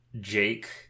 jake